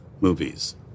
movies